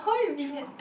true